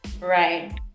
right